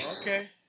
Okay